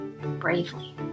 bravely